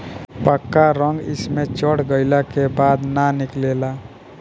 पक्का रंग एइमे चढ़ गईला के बाद ना निकले ला